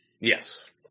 yes